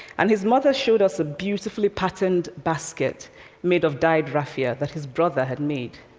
and his mother showed us a beautifully patterned basket made of dyed raffia that his brother had made.